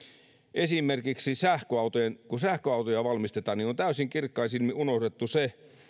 esimerkiksi kun sähköautoja valmistetaan niin on täysin kirkkain silmin unohdettu se